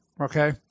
Okay